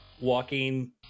walking